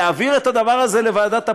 להעביר את הדבר הזה לוועדת הפנים.